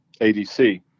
adc